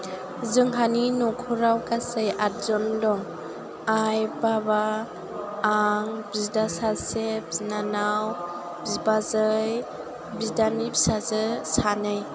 जोंहानि न'खराव गासै आठजन दं आइ बाबा आं बिदा सासे बिनानाव बिबाजै बिदानि फिसाजो सानै